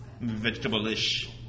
vegetable-ish